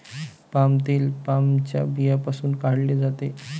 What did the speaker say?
palm तेल पामच्या बियांपासून काढले जाते